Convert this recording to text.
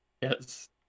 Yes